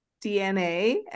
DNA